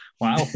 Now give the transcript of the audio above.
Wow